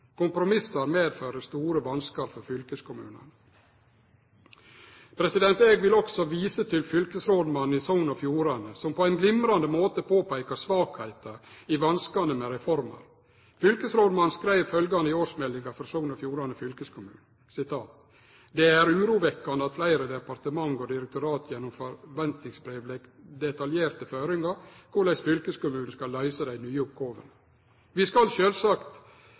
medfører store vanskar for fylkeskommunane. Eg vil også vise til fylkesrådmannen i Sogn og Fjordane, som på ein glimrande måte peika på svakheita i vanskane med reforma. Fylkesrådmannen skreiv følgjande i årsmeldinga for Sogn og Fjordane fylkeskommune: «Det er urovekkande at fleire departement og direktorat gjennom forventingsbrev legg detaljerte føringar på korleis fylkeskommunen skal løyse dei nye oppgåvene. Vi skal sjølvsagt